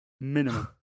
minimum